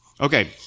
Okay